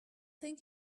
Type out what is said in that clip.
think